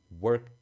work